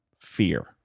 fear